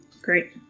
Great